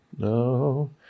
No